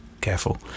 careful